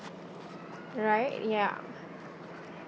right ya